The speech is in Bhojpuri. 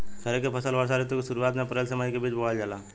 खरीफ के फसल वर्षा ऋतु के शुरुआत में अप्रैल से मई के बीच बोअल जाला